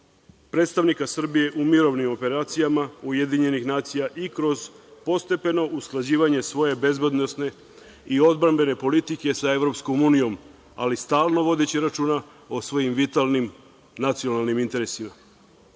predstavnika Srbije u mirovnim operacijama UN i kroz postepeno usklađivanje svoje bezbednosne i odbrambene politike sa EU, ali stalno vodeći računa o svojim vitalnim nacionalnim interesima. Čitav